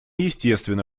естественно